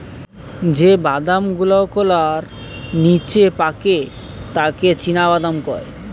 যে বাদাম গুলাওকলার নিচে পাকে তাকে চীনাবাদাম কয়